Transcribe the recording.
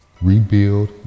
Rebuild